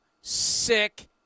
sick